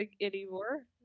Anymore